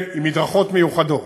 עם מדרכות מיוחדות.